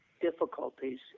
difficulties